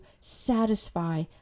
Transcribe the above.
satisfy